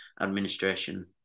administration